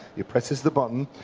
he presses the button,